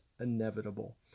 inevitable